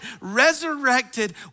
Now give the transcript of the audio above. resurrected